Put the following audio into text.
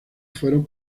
fueron